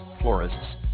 florists